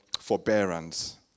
Forbearance